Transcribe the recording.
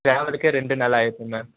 ட்ராவலுக்கே ரெண்டு நாள் ஆயிருது மேம்